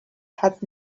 had